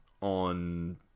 on